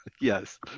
Yes